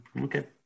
okay